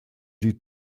sie